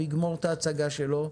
הוא יגמור את ההצגה שלו,